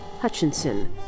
Hutchinson